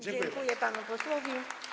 Dziękuję panu posłowi.